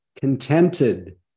contented